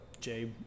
Jabe